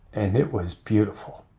and it was beautiful